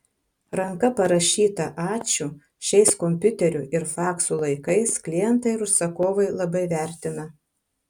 ranka parašytą ačiū šiais kompiuterių ir faksų laikais klientai ir užsakovai labai vertina